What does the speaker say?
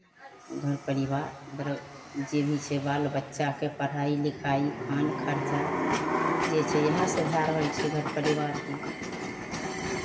घर परिवार जे भी छै बाल बच्चाके पढ़ाइ लिखाइ खान खर्चा जे छै इएहसँ भए रहल छै घर परिवारकेँ